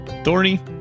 Thorny